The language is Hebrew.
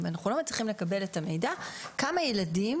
ואנחנו לא מצליחים לקבל את המידע כמה ילדים